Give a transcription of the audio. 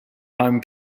home